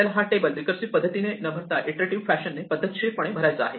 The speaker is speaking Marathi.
आपल्याला हा टेबल रीकर्सिव पद्धतीने न भरता इटरेटिव्ह फॅशनने पद्धतशीरपणे भरायचा आहे